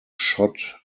shot